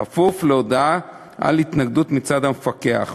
בכפוף להודעה על התנגדות מצד המפקח,